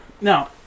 Now